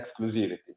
exclusivity